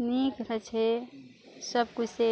नीक होइ छै सबकिछु से